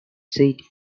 seat